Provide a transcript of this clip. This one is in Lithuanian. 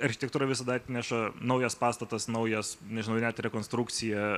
architektūra visada atneša naujas pastatas naujas nežinau net ir konstrukcija